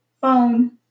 Phone